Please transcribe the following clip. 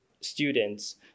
students